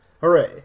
Hooray